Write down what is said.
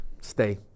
stay